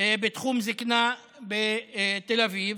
בתחום הזקנה בתל אביב,